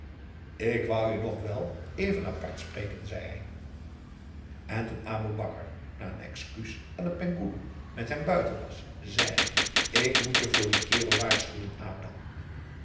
ik wou je nog wel even apart spreken zei hij en toen aboe bakar na een excuus aan den penghoeloe met hem buiten was zei hij ik moet je voor dien kerel waarschuwen adam